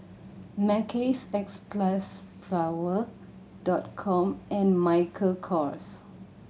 Mackays Xpressflower Dot Com and Michael Kors